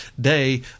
day